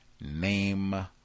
name